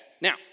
Now